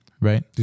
right